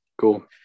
Cool